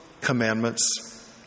commandments